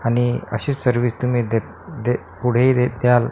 आणि अशीच सर्विस तुम्ही देत दे पुढेही दे द्याल